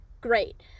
great